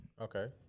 Okay